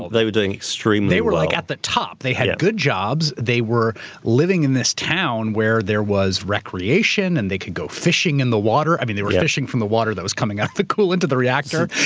they were doing extremely well. they were like at the top. they had good jobs. they were living in this town where there was recreation and they could go fishing in the water. i mean, they were fishing from the water that was coming out the cooler into the reactor,